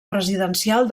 residencial